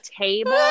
table